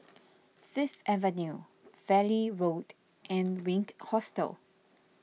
Fifth Avenue Valley Road and Wink Hostel